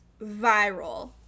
viral